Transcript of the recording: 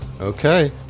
Okay